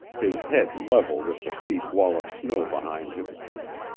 his head level with the steep wall of snow behind him,